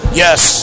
yes